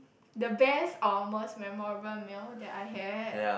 the best or most memorable meal that I had